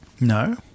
no